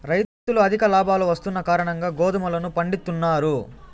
రైతులు అధిక లాభాలు వస్తున్న కారణంగా గోధుమలను పండిత్తున్నారు